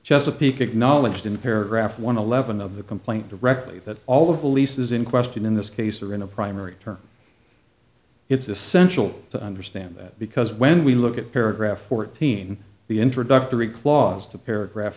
a peak acknowledged in paragraph one eleven of the complaint directly that all of the leases in question in this case are in a primary terms it's essential to understand that because when we look at paragraph fourteen the introductory clause to paragraph